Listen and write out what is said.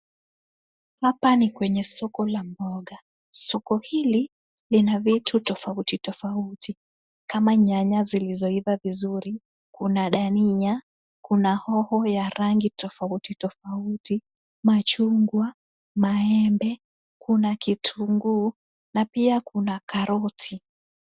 Hapa ni kwenye soko la mboga. Soko hili lina vitu tofauti tofauti, kama nyanya zilizoiva vizuri, kuna dania, kuna hoho ya rangi tofauti tofauti, machungwa, maembe, kuna kitunguu na pia kuna karoti.